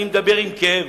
אני מדבר בכאב.